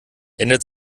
ändert